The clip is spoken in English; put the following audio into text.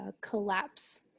collapse